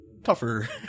Tougher